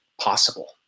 possible